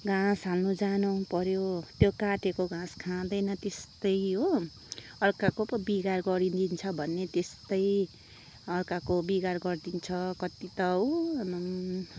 घाँस हाल्नु जानु पऱ्यो त्यो काटेको घाँस खाँदैन त्यस्तै हो अर्काको पो बिगार गरिदिन्छ भन्ने त्यस्तै अर्काको बिगार गरिदिन्छ कति त उ आम्ममम